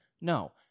No